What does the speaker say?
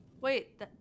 Wait